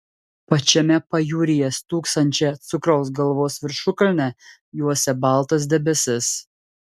pačiame pajūryje stūksančią cukraus galvos viršukalnę juosia baltas debesis